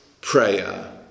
prayer